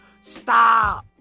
Stop